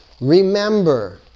Remember